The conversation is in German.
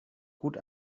gut